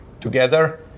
together